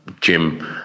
Jim